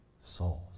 souls